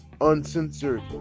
uncensored